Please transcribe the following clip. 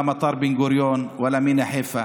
שדה התעופה בן-גוריון, נמל חיפה.